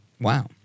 Wow